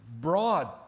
broad